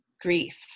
grief